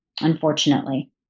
unfortunately